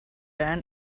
ban